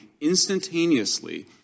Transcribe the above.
instantaneously